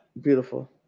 beautiful